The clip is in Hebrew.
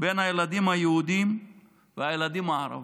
בין הילדים היהודים לילדים הערבים.